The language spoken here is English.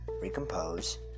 recompose